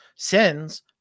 sins